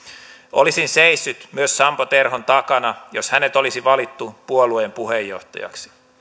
olisin seissyt myös sampo terhon takana jos hänet olisi valittu puolueen puheenjohtajaksi